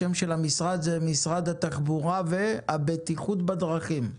השם של המשרד זה משרד התחבורה והבטיחות בדרכים,